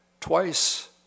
twice